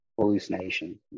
hallucination